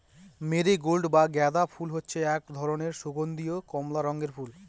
marigold বা গাঁদা ফুল হচ্ছে এক ধরনের সুগন্ধীয় কমলা রঙের ফুল